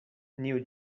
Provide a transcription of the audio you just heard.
new